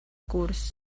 curs